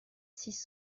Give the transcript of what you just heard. six